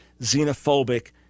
xenophobic